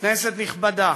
כנסת נכבדה,